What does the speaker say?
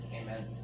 Amen